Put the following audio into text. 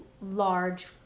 large